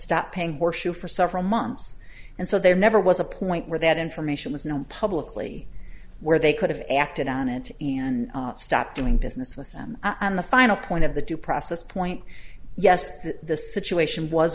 stopped paying for shoe for several months and so there never was a point where that information was known publicly where they could have acted on it and stop doing business with them on the final point of the due process point yes that the situation was